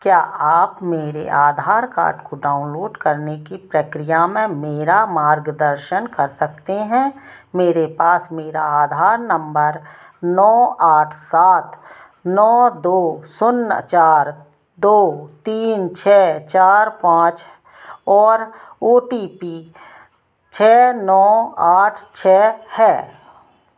क्या आप मेरे आधार कार्ड को डाउनलोड करने की प्रक्रिया में मेरा मार्गदर्शन कर सकते हैं मेरे पास मेरा आधार नम्बर नौ आठ सात नौ दो शून्य चार दो तीन छः चार पाँच और ओ टी पी छः नौ आठ छः है